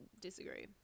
disagree